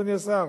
אדוני השר,